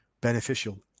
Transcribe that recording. beneficial